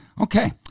Okay